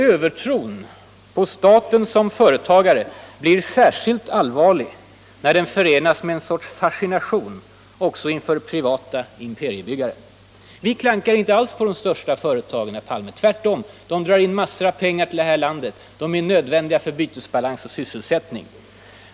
Övertron på staten som företagare blir särskilt allvarlig när den förenas med en sorts fascination också inför privata imperiebyggare. Vi ”klankar” inte alls på de största företagen, som herr Palme påstår. Tvärtom. De drar in massor av pengar till det här landet. De är nödvändiga för bytesbalans och sysselsättning.